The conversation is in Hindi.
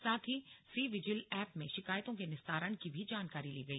साथ ही सी विजिल एप में शिकायतों के निस्तारण की भी जानकारी ली गई